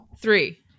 three